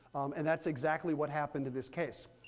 and that's exactly what happened in this case.